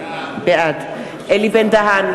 בעד אלי בן-דהן,